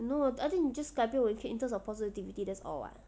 no I think 你 just 改变我你可以 in tums of positivity that's all [what]